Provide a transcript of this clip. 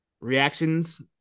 reactions